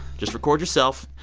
just record yourself.